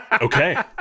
Okay